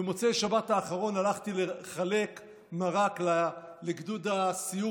במוצאי שבת האחרון הלכתי לחלק מרק לגדוד הסיור